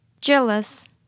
Jealous